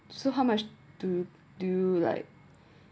so how much to do like